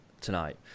tonight